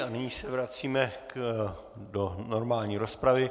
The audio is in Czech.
A nyní se vracíme do normální rozpravy.